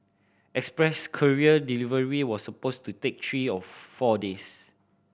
express courier delivery was supposed to take three to four days